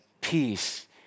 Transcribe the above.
peace